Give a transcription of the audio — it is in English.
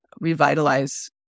revitalize